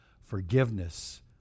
Forgiveness